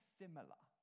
similar